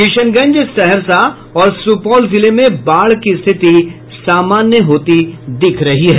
किशनगंज सहरसा और सुपौल जिले में बाढ़ की स्थिति सामान्य हो रही हैं